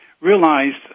realized –